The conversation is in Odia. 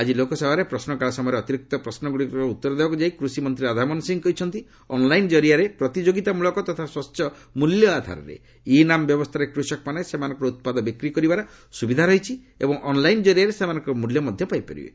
ଆଜି ଲୋକସଭାରେ ପ୍ରଶ୍ନକାଳ ସମୟରେ ଅତିରିକ୍ତ ପ୍ରଶ୍ନଗୁଡ଼ିକର ଉତ୍ତର ଦେବାକୁ ଯାଇ କୃଷି ମନ୍ତ୍ରୀ ରାଧାମୋହନ ସିଂହ କହିଛନ୍ତି ଅନ୍ଲାଇନ୍ ଜରିଆରେ ପ୍ରତିଯୋଗିତାମୂଳକ ତଥା ସ୍ୱଚ୍ଛ ମୂଲ୍ୟ ଆଧାରରେ ଇ ନାମ୍ ବ୍ୟବସ୍ଥାରେ କୃଷକମାନେ ସେମାନଙ୍କର ଉତ୍ପାଦ ବିକ୍ରି କରିବାର ସୁବିଧା ରହିଛି ଏବଂ ଅନ୍ଲାଇନ୍ ଜରିଆରେ ସେମାନଙ୍କ ମଧ୍ୟ ପାଇପାରିବେ